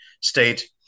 state